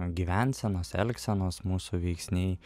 gyvensenos elgsenos mūsų veiksniai